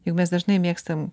juk mes dažnai mėgstam